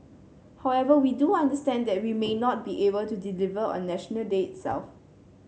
however we do understand that we may not be able to deliver on National Day itself